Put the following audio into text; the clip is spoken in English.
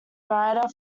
writer